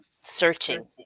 searching